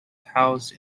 housed